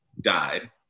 died